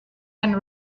and